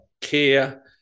care